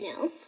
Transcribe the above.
No